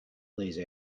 these